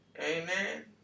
Amen